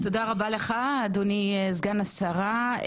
תודה רבה לך אדוני סגן השרה,